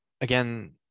Again